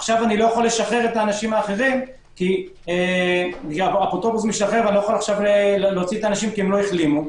עכשיו אני לא יכול להוציא את האנשים כי הם לא החלימו,